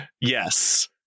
yes